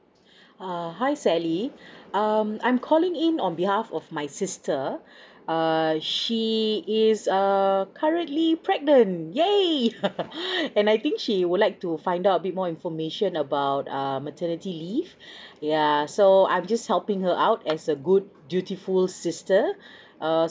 err hi sally um I'm calling in on behalf of my sister uh she is err currently pregnant and !yay! and I think she would like to find out a bit more information about err maternity leave yeah so I'm just helping her out as a good dutiful sister err